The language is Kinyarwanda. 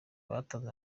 batanze